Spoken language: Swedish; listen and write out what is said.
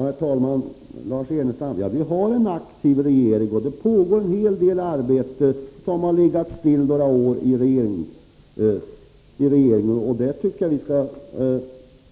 Herr talman! Vi har, Lars Ernestam, en aktiv regering. Det pågår en hel del arbete som under några år har legat still i kanslihuset. Jag tycker att vi skall